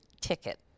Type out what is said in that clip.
ticket